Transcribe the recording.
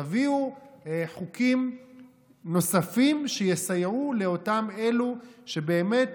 תביאו חוקים נוספים שיסייעו לאותם אלו שבאמת